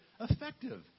effective